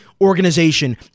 organization